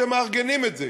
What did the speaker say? אתם מארגנים את זה,